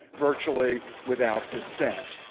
virtually without dissent.